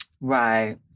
Right